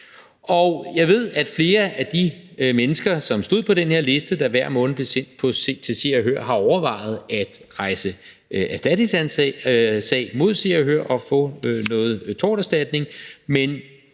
Jeg ved, at flere af de mennesker, som stod på den her liste, der hver måned blev sendt til Se og Hør, har overvejet at rejse erstatningssag mod Se og Hør og få noget torterstatning,